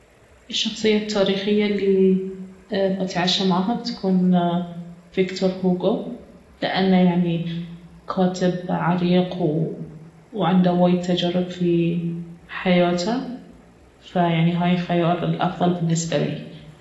الشخصية التاريخية الي بتعشى معاها بتكون فيكتور هوغو لانه يعني كاتب عريق وعنده وايد تجارب في حياته فيعني هاي الخيار الأفضل بالنسبة لي